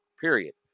period